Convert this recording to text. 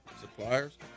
suppliers